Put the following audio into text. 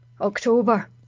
October